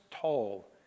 tall